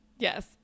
Yes